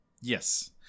Yes